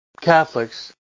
Catholics